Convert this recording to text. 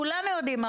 כולנו יודעים,